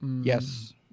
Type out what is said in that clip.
Yes